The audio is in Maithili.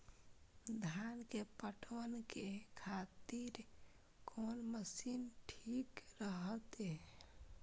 धान के पटवन के खातिर कोन मशीन ठीक रहते?